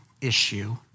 issue